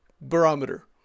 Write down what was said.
barometer